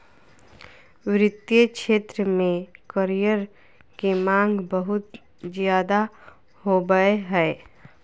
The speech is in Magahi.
वित्तीय क्षेत्र में करियर के माँग बहुत ज्यादे होबय हय